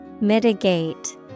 Mitigate